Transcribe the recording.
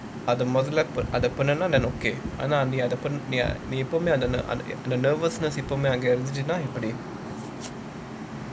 அத மொதல்ல அத பண்ணுனா:atha mothalla atha pannunaa then okay ஆனா அத நீ எப்பவுமே அந்த:aanaa atha nee eppavumae antha nervousness எப்பவுமே அங்க வந்துச்சுனா:eppavumae anga vanthuchunaa